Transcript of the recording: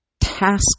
task